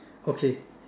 okay